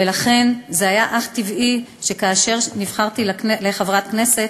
ולכן זה היה אך טבעי שכאשר נבחרתי לחברת כנסת